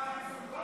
ההצעה